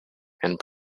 and